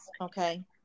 Okay